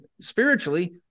spiritually